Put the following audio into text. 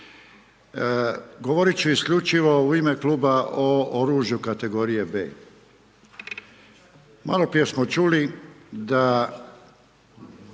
Govorit ću isključivo u ime Kluba o oružju kategorije B. Malo prije smo čuli da